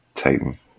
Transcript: Titan